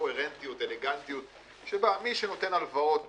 קוהרנטיות אלגנטית שבה מי שנותן הלוואות